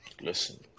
Listen